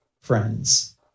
friends